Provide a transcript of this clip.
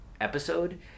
episode